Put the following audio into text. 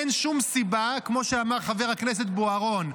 אין שום סיבה, כמו שאמר חבר הכנסת בוארון,